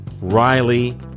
Riley